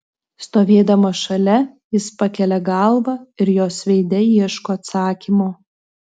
stovėdamas šalia jis pakelia galvą ir jos veide ieško atsakymo